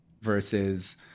versus